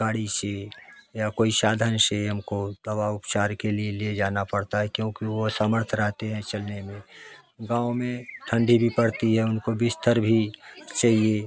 गाड़ी से या कोई साधन से हमको दवा उपचार के लिए ले जाना पड़ता है क्योंकि वो असमर्थ रहते हैं चलने में गाँव में ठंडी भी पड़ती है उनको बिस्तर भी चाहिए